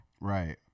Right